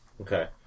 Okay